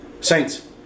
Saints